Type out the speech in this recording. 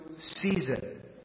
season